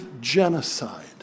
genocide